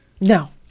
No